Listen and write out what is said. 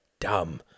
dumb